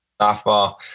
softball